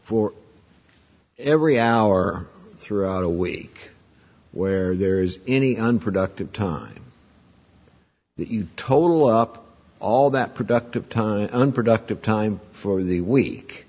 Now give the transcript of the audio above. for every hour throughout a week where there's any unproductive time that you total up all that productive time unproductive time for the week